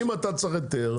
אם אתה צריך היתר.